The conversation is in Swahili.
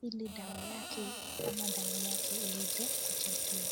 ili dawa yake ama damu yake iweze kuja juu.